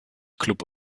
club